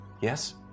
yes